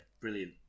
Brilliant